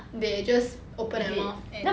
they just open their mouth and